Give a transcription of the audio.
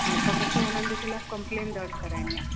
हा त मूंखे हुननि जे खिलाफ़ कंप्लेन दरिज कराइणी आहे